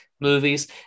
movies